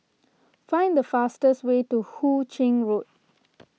find the fastest way to Hu Ching Road